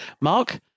Mark